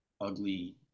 ugly